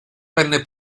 venne